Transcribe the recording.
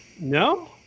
No